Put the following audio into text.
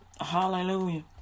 hallelujah